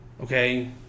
Okay